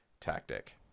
tactic